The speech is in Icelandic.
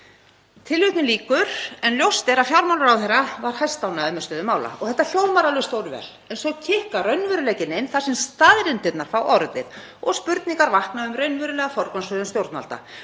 sinna vel.“ Ljóst er að fjármálaráðherra var hæstánægður með stöðu mála og þetta hljómar alveg stórvel. En svo kikkar raunveruleikinn inn þar sem staðreyndirnar fá orðið og spurningar vakna um raunverulega forgangsröðun stjórnvalda.